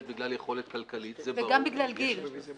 בגלל יכולת כלכלית --- וגם בגלל גיל.